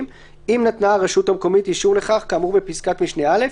אם נתנה הרשות המקומית אישור לכך כאמור בפסקת משנה (א)